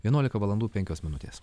vienuolika valandų penkios minutės